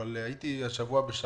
הייתי השבוע בבית